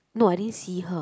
no I didn't see her